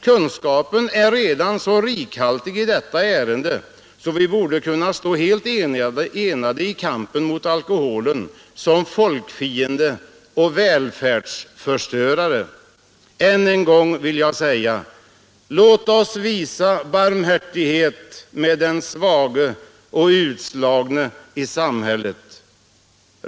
Kunskapen är redan så rikhaltig i detta ärende att vi borde kunna stå helt enade i kampen mot alkoholen som folkfiende och välfärdsförstörare. Än en gång vill jag säga: Låt oss visa barmhärtighet med den svage och utslagne i samhället!